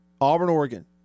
Auburn-Oregon